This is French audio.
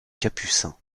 capucins